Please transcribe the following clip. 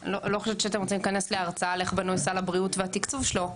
לא חושבת שאתם רוצים להיכנס להרצאה על איך בנוי סל הבריאות והתקצוב שלו.